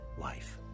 life